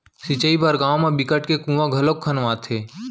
सिंचई बर गाँव म बिकट के कुँआ घलोक खनवाथे